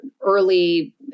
early